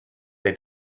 they